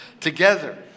together